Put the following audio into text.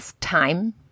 time